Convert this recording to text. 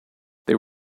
there